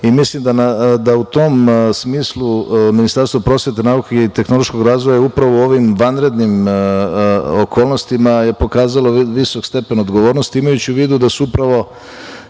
Mislim da u tom smislu Ministarstvo prosvete, nauke i tehnološkog razvoja upravo u ovim vanrednim okolnostima je pokazalo visok stepen odgovornosti, imajući u vidu da su upravo